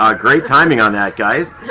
um great timing on that, guys.